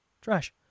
Trash